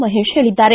ಮಹೇಶ್ ಹೇಳಿದ್ದಾರೆ